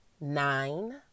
nine